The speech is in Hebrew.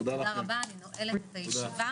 תודה רבה, אני נועלת את הישיבה.